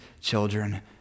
children